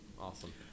Awesome